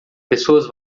pessoas